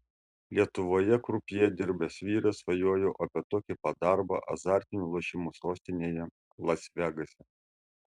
lietuvoje krupjė dirbęs vyras svajojo apie tokį pat darbą azartinių lošimų sostinėje las vegase